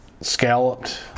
Scalloped